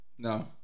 No